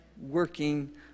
working